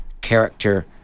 Character